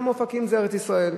גם אופקים זה ארץ-ישראל,